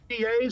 DAs